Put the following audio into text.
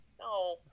No